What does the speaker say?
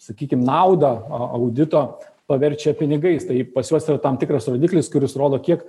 sakykim naudą audito paverčia pinigais tai pas juos yra tam tikras rodiklis kuris rodo kiek